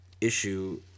issue